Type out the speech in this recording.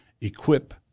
equip